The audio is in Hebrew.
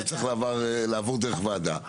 זה צריך לעבור דרך ועדה.